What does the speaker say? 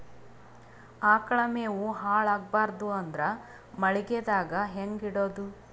ಆಕಳ ಮೆವೊ ಹಾಳ ಆಗಬಾರದು ಅಂದ್ರ ಮಳಿಗೆದಾಗ ಹೆಂಗ ಇಡೊದೊ?